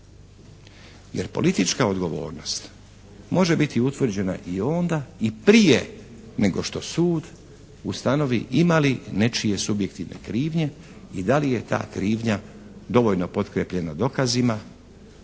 Jer politička odgovornost može biti utvrđena i onda i prije nego što sud ustanovi ima li nečije subjektivne krivnje i da li je ta krivnja dovoljno potkrepljena dokazima